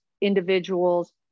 individuals